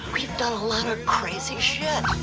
we've done a lot of crazy shit.